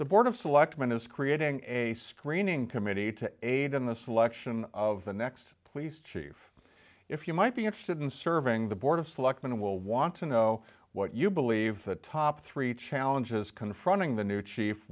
the board of selectmen is creating a screening committee to aid in the selection of the next police chief if you might be interested in serving the board of selectmen will want to know what you believe the top three challenges confronting the new chief